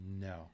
No